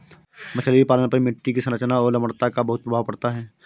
मछली पालन पर मिट्टी की संरचना और लवणता का बहुत प्रभाव पड़ता है